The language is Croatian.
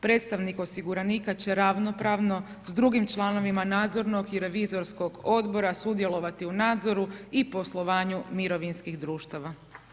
Predstavnik osiguranika će ravnopravno s drugim članovima nadzornog i revizorskog Odbora sudjelovati u nadzoru i poslovanju mirovinskih društava.